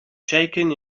shaken